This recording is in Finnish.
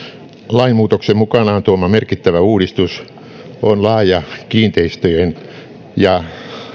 lainmuutoksen mukanaan tuoma merkittävä uudistus on laaja kiinteistöjen ja